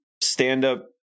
stand-up